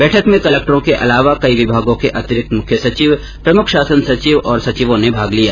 बैठक में कलेक्टरों के अलावा कई विभागों के अतिरिक्त मुख्य सचिव प्रमुख शासन सचिव और सचिवों ने भी भाग लिया